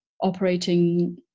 operating